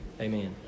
Amen